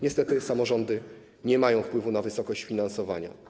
Niestety samorządy nie mają wpływu na wysokość finansowania.